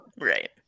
Right